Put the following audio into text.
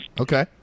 Okay